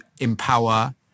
empower